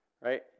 Right